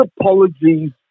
apologies